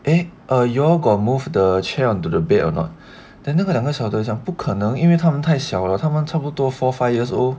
eh err you all got move the chair onto the bed or not then 那个两个小的讲不可能因为他们太小了他们差不多 four five years old